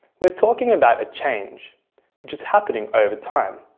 we're talking about a change which is happening over time,